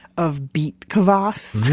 of beet kvass,